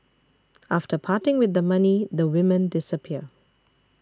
after parting with the money the women disappear